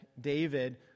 David